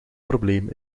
probleem